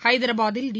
ஹைதராபாத்த்தில் D